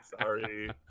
sorry